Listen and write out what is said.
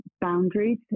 boundaries